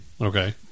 okay